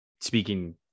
speaking